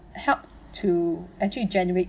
help to actually generate